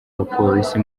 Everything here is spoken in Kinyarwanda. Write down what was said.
bapolisi